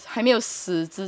还没有死之前就要做到一次